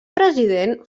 president